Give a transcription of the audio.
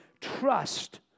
trust